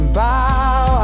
bow